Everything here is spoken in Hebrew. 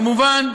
כמובן,